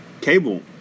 cable